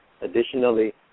Additionally